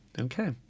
Okay